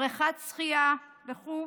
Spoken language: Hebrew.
בריכת שחייה וכו'